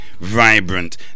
vibrant